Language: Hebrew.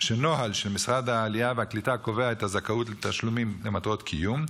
שנוהל של משרד העלייה והקליטה קובע את הזכאות לתשלומם למטרות קיום,